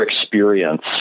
experience